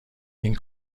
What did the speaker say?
این